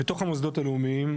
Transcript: בתוך המוסדות הלאומיים,